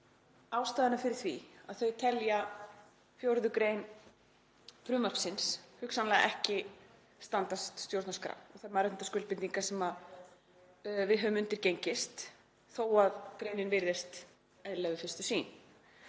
ástæðuna fyrir því að þau telja 4. gr. frumvarpsins hugsanlega ekki standast stjórnarskrá og þær mannréttindaskuldbindingar sem við höfum undirgengist þó að greinin virðist eðlileg við fyrstu sýn.